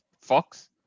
Fox